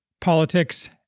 politics